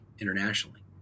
Internationally